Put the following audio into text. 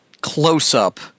close-up